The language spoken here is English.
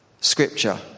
Scripture